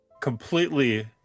completely